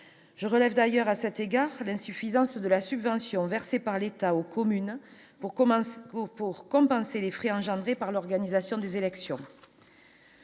je relève d'ailleurs à cet égard l'insuffisance de la subvention versée par l'État aux communes pour commencer pour compenser les frais engendrés par l'organisation des élections.